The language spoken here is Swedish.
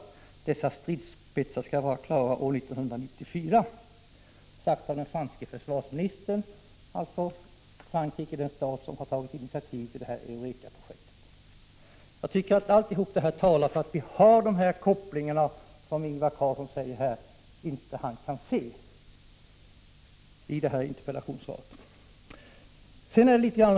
Dessa stridsspetsar skall vara klara år 1994.” Detta är alltså sagt av den franske försvarsministern, och Frankrike är den stat som har tagit initiativ till EUREKA-projektet. Jag tycker att allt detta talar för att det finns sådana kopplingar som Ingvar Carlsson i det här interpellationssvaret säger att han inte kan se.